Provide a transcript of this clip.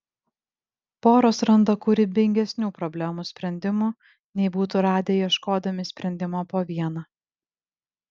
poros randa kūrybingesnių problemų sprendimų nei būtų radę ieškodami sprendimo po vieną